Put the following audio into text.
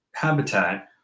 habitat